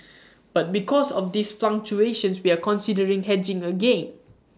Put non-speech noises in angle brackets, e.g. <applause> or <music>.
<noise> but because of these fluctuations we are considering hedging again